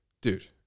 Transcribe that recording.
Dude